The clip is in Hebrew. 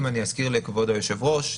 אזכיר לכבוד היושב-ראש,